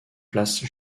place